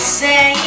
say